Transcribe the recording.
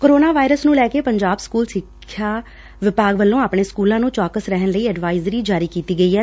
corona virus ਨੂੰ ਲੈ ਕੇ ਪੰਜਾਬ ਸਕੂਲ ਸਿੱਖਿਆ ਵਿਭਾਗ ਵੱਲੋਂ ਆਪਣੇ ਸਕੂਲਾਂ ਨੂੰ ਚੌਕਸ ਰਹਿਣ ਲਈ ਐਡਵਾਈਜ਼ਰੀ ਜਾਰੀ ਕੀਤੀ ਗਈ ਐੱ